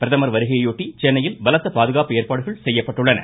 பிரதமரின் வருகையையொட்டி சென்னையில் பலத்த பாதுகாப்பு ஏற்பாடுகள் செய்யப்பட்டுள்ளன